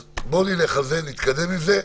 בואו נלך על זה, נתקדם עם זה.